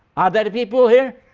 are there people here?